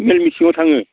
मेल मिथिङाव थाङो